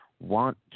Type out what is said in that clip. want